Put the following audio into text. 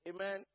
Amen